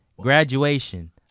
graduation